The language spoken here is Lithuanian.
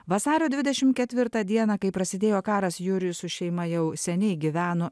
vasario dvidešimt ketvirtą dieną kai prasidėjo karas jurijus su šeima jau seniai gyveno